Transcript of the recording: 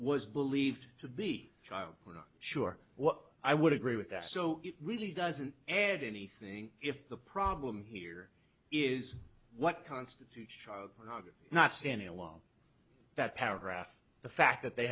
was believed to be child we're not sure what i would agree with that so it really doesn't add anything if the problem here is what constitutes child pornography not standing along that paragraph the fact that they